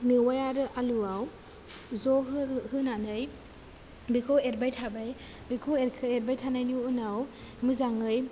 मेवाय आरो आलुआव ज' हो होनानै बेखौ एरबाय थाबाय बेखौ एर एरबाय थानायनि उनाव मोजाङै